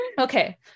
okay